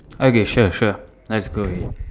okay sure sure let's go ahead